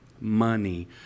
money